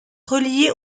reliés